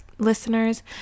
listeners